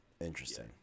Interesting